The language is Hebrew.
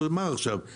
הוא אמר עכשיו,